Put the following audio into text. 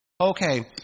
Okay